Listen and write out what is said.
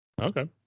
Okay